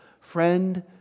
friend